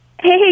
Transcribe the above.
Hey